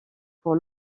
pour